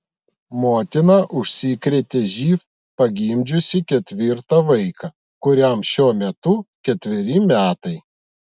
motina užsikrėtė živ pagimdžiusi ketvirtą vaiką kuriam šiuo metu ketveri metai